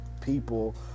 people